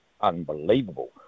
unbelievable